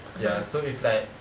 ya so it's like